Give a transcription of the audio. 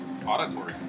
auditory